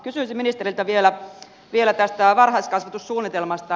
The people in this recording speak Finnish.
kysyisin ministeriltä vielä tästä varhaiskasvatussuunnitelmasta